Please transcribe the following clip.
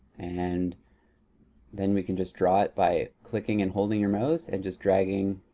and then we can just draw it by clicking and holding your mouse, and just dragging.